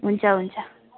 हुन्छ हुन्छ